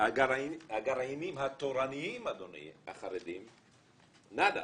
הגרעינים התורניים, אדוני, החרדים, נאדה,